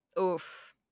Oof